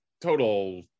total